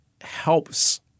helps